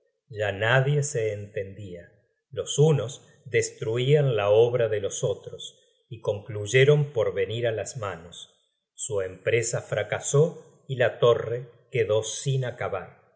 ya nadie se entendia los unos destruian la obra de los otros y concluyeron por venir á las manos su empresa fracasó y la torre quedó sin acabar